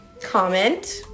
comment